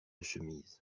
chemise